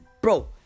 bro